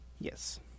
yes